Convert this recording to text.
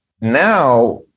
now